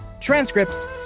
transcripts